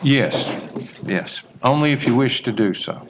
yes yes only if you wish to do so